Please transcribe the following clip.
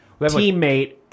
teammate